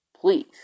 Please